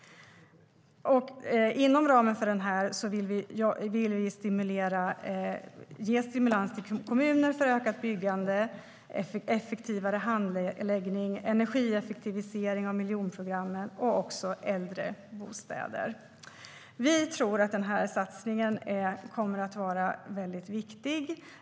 Inom ramen för denna vill vi ge stimulans till kommuner för ett ökat byggande, en effektivare handläggning, en energieffektivisering av miljonprogrammen och också äldrebostäder. Vi tror att den satsningen kommer att vara väldigt viktig.